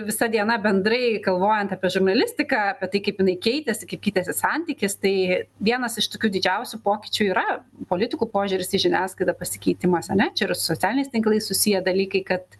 visa diena bendrai galvojant apie žurnalistiką apie tai kaip jinai keitėsi kaip keitėsi santykis tai vienas iš tokių didžiausių pokyčių yra politikų požiūris į žiniasklaidą pasikeitimas ane čia yra su socialiniais tinklais susiję dalykai kad